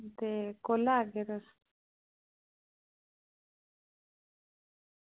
ते कोलै आह्गे तुस